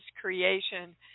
creation